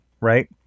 right